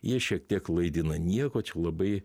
jie šiek tiek klaidina nieko čia labai